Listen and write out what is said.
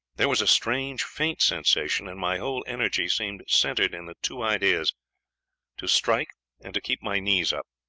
there was a strange faint sensation, and my whole energy seemed centered in the two ideas to strike and to keep my knees up.